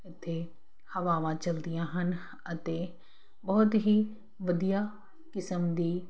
ਇੱਥੇ ਹਵਾਵਾਂ ਚਲਦੀਆਂ ਹਨ ਅਤੇ ਬਹੁਤ ਹੀ ਵਧੀਆ ਕਿਸਮ ਦੀ